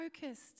focused